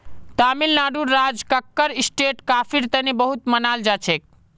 तमिलनाडुर राज कक्कर स्टेट कॉफीर तने बहुत मनाल जाछेक